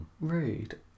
Rude